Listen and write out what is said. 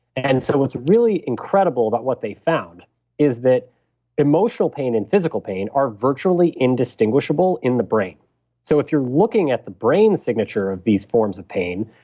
and so what's really incredible about what they found is that emotional pain and physical pain are virtually indistinguishable in the brain so if you're looking at the brain signature of these forms of pain,